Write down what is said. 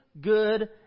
good